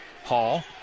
Hall